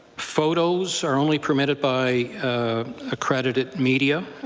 photos are only permitted by accredited media,